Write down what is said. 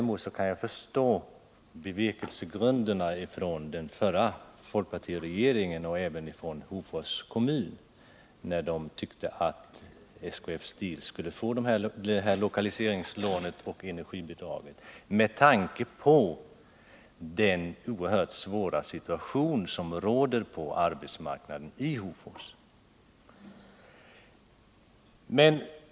Med tanke på den oerhört svåra situation som råder på arbetsmarknaden i Hofors har jag däremot förståelse för de bevekelsegrunder som låg bakom, när den förra folkpartiregeringen och Hofors kommun tyckte att SKF Steel skulle få lokaliseringslånet och energibidraget.